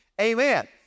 Amen